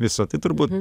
viso tai turbūt